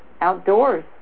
outdoors